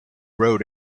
road